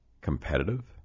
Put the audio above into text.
competitive